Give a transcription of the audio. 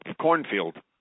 cornfield